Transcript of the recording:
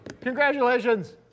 Congratulations